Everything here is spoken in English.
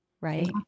right